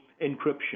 encryption